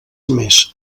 més